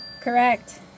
Correct